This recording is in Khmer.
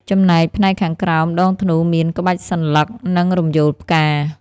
ចំណែកផ្នែកខាងក្រោមដងធ្នូ មាន ក្បាច់សន្លឹក និង រំយោលផ្កា។